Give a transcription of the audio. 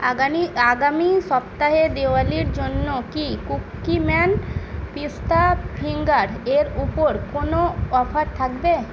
আগামি আগামি সপ্তাহে দীপাবলির জন্য কি কুকিম্যান পিস্তা ফিঙ্গার এর ওপর কোনও অফার থাকবে